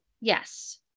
Yes